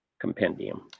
Compendium